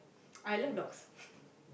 I love dogs